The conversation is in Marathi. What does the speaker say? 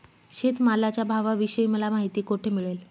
शेतमालाच्या भावाविषयी मला माहिती कोठे मिळेल?